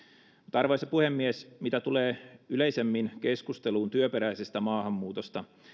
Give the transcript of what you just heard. arvoisa puhemies mitä tulee yleisemmin keskusteluun työperäisestä maahanmuutosta